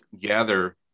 gather